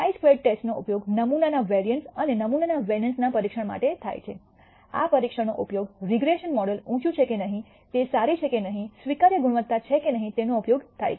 χ square ટેસ્ટનો ઉપયોગ નમૂનાના વેરિઅન્સ અને નમૂનાના વેરિઅન્સના પરીક્ષણ માટે થાય છે આ પરીક્ષણનો ઉપયોગ રીગ્રેસન મોડેલ ઊંચું છે કે નહીં તે સારી છે કે નહીં સ્વીકાર્ય ગુણવત્તા છે કે નહીં તેનો ઉપયોગ થાય છે